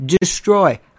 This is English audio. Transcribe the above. destroy